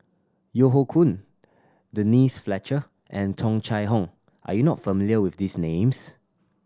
Yeo Hoe Koon Denise Fletcher and Tung Chye Hong are you not familiar with these names